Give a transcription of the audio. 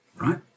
right